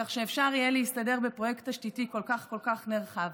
כך שאפשר יהיה להסתדר בפרויקט תשתיתי כל כך נרחב.